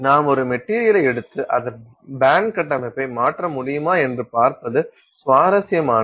நாம் ஒரு மெட்டீரியலை எடுத்து அதன் பேண்ட் கட்டமைப்பை மாற்ற முடியுமா என்று பார்ப்பது சுவாரஸ்யமானது